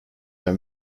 have